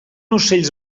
ocells